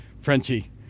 Frenchie